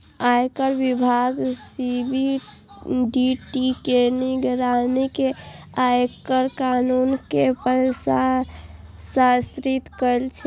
आयकर विभाग सी.बी.डी.टी के निगरानी मे आयकर कानून कें प्रशासित करै छै